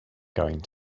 going